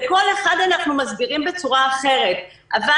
לכל אחד אנחנו מסבירים בצורה אחרת אבל